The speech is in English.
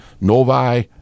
Novi